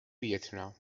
ویتنام